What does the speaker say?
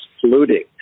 polluting